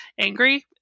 angry